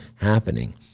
happening